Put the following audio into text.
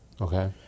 Okay